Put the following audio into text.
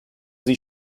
sie